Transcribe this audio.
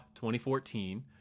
2014